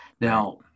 Now